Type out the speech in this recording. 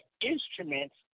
instruments